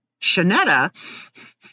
Shanetta